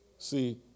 See